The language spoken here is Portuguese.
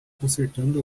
consertando